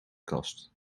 kast